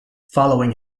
following